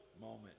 moment